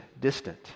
distant